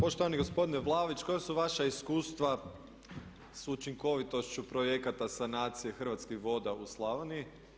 Poštovani gospodine Vlaović, koja su vaša iskustva s učinkovitošću projekata sanacije hrvatskih voda u Slavoniji.